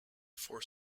for